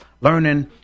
learning